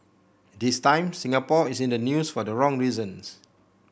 this time Singapore is in the news for the wrong reasons